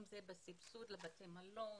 אם זה סבסוד לבתי מלון,